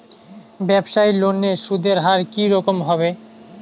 ব্যবসায়ী লোনে সুদের হার কি রকম হবে?